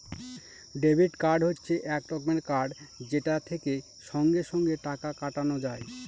debit card হচ্ছে এক রকমের কার্ড যেটা থেকে সঙ্গে সঙ্গে টাকা কাটানো যায়